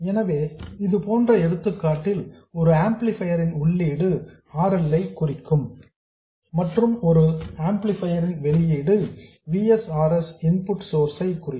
எனவே இதுபோன்ற எடுத்துக்காட்டில் ஒரு ஆம்ப்ளிஃபையர் ன் உள்ளீடு R L ஐ குறிக்கும் மற்றும் ஒரு ஆம்ப்ளிஃபையர் ன் வெளியீடு V S R S input source ஐ குறிக்கும்